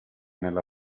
nella